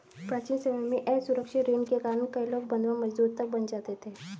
प्राचीन समय में असुरक्षित ऋण के कारण कई लोग बंधवा मजदूर तक बन जाते थे